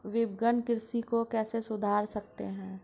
विपणन कृषि को कैसे सुधार सकते हैं?